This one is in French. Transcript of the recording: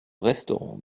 resterons